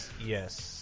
yes